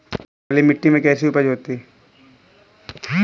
काली मिट्टी में कैसी उपज होती है?